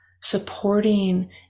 supporting